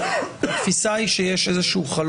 תעבור בבקשה- -- אנחנו מדלגים רגע על פסקה (3) ועוברים לפסקה (4)